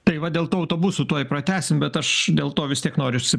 tai va dėl to autobusų tuoj pratęsim bet aš dėl to vis tiek norisi